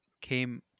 came